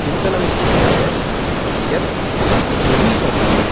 चिन्तनम् इत्युक्ते यत् गृहीतम्